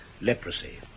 leprosy